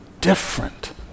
different